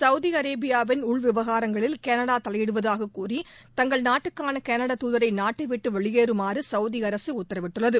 Saudi அரேபியாவின் உள் விவகாரங்களில் கனடா தலையிடுவதாக கூறி தங்கள் நாட்டுக்கான களடா தூதரை நாட்டை விட்டு வெளியேறுமாறு சவுதி அரசு உத்தரவிட்டுள்ளது